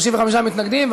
35 מתנגדים.